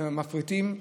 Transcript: מפריטים,